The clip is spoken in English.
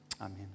Amen